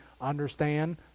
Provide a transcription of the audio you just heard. understand